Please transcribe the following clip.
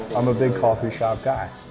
i'm a big coffee shop guy.